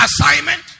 assignment